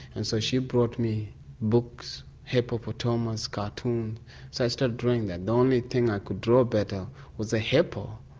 and so she brought me books, hippopotamus, cartoons, so i started drawing that, the only thing i could draw better was a hippo.